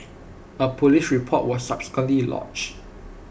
A Police report was subsequently lodged